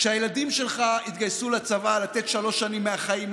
כשהילדים שלך יתגייסו לצבא לתת שלוש שנים מהחיים,